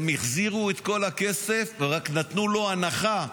הם החזירו את כל הכסף ורק נתנו לו הנחה,